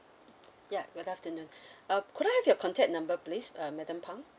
ya good afternoon uh could I have your contact number please madam phang